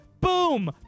boom